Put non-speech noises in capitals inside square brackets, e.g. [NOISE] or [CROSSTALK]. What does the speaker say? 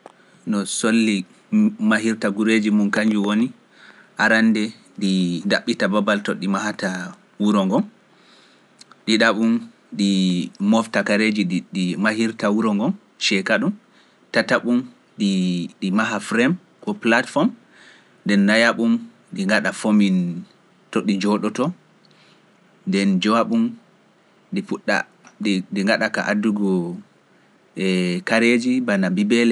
no solli mahirta gureeji mum kañjum woni arande ɗi ndaɓɓita babal to ɗi mahata wuro ngo ɗiɗa ɗum ɗi mofta kareji ɗi mahirta wuro [UNINTELLIGIBLE] tatabun ɗi maha frem ko platform nden nayabum ɗi ngaɗa fomin to ɗi njooɗoto nden di njooɗo ɗum ɗi puɗɗa ɗi ngaɗa ka waddugo kareji bana bibeele ɗi ɗi njowa ɗum ɗi timmina.